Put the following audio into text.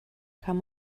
kam